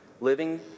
living